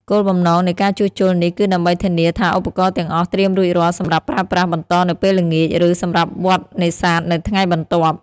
គោលបំណងនៃការជួសជុលនេះគឺដើម្បីធានាថាឧបករណ៍ទាំងអស់ត្រៀមរួចរាល់សម្រាប់ប្រើប្រាស់បន្តនៅពេលល្ងាច ឬសម្រាប់វដ្ដនេសាទនៅថ្ងៃបន្ទាប់។